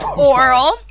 oral